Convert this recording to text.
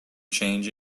change